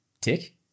tick